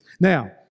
Now